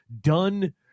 done